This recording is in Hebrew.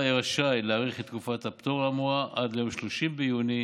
יהא רשאי להאריך את תקופת הפטור האמורה עד ליום 30 ביוני